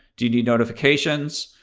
do you need notifications?